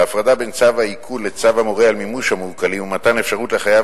ההפרדה בין צו העיקול לצו המורה על מימוש המעוקלים ומתן אפשרות לחייב